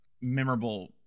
memorable